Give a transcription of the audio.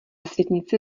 světnici